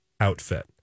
outfit